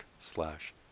slash